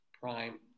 Prime